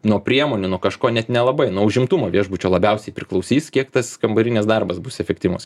nuo priemonių nuo kažko net nelabai nuo užimtumo viešbučio labiausiai priklausys kiek tas kambarinės darbas bus efektyvus